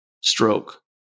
stroke